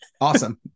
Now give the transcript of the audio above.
Awesome